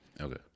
Okay